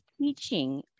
teaching